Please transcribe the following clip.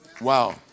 wow